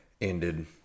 ended